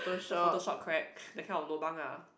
the photoshop crack that kind of lobang ah